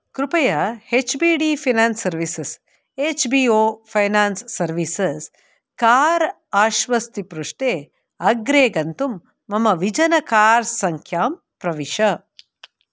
कृपया H B D finance services H B O finance services car आश्वस्तिपृष्ठे अग्रे गन्तुं मम विजनकार्सङ्ख्यां प्रविश